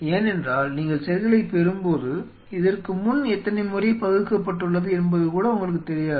ஏனென்றால் நீங்கள் செல்களைப் பெறும்போது இதற்கு முன் எத்தனை முறை பகுக்கப்பட்டுள்ளது என்பது கூட உங்களுக்குத் தெரியாது